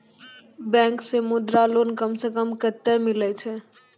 Bank से Mudra loan कम सऽ कम कतैय मिलैय छै?